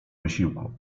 wysiłku